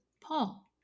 Paul